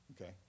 Okay